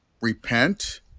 repent